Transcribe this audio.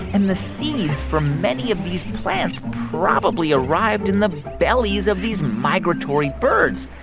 and the seeds from many of these plants probably arrived in the bellies of these migratory birds.